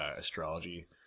astrology